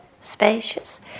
spacious